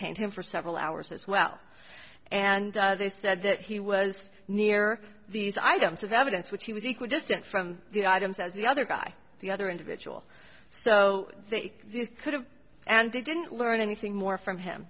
ned him for several hours as well and they said that he was near these items of evidence which he was equal distance from the items as the other guy the other individual so they could have and they didn't learn anything more from him